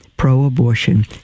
pro-abortion